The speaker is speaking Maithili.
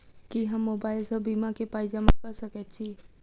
की हम मोबाइल सअ बीमा केँ पाई जमा कऽ सकैत छी?